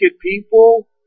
people